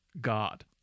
God